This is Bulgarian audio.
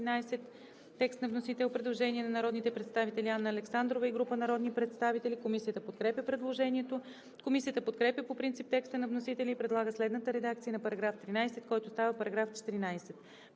Текст на вносител. Предложение от народните представители Анна Александрова и група народни представители. Комисията подкрепя предложението. Комисията подкрепя по принцип текста на вносителя и предлага следната редакция на § 13, който става § 14: § 14.